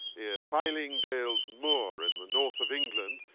fylingdales moor in the north of england,